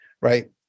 right